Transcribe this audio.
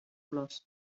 flors